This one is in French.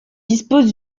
disposent